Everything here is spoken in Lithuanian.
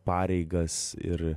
pareigas ir